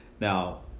now